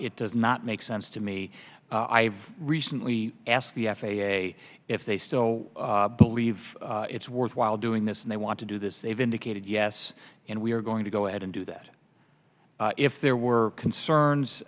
it does not make sense to me i've recently asked the f a a if they still believe it's worthwhile doing this and they want to do this they've indicated yes and we are going to go ahead and do that if there were concerns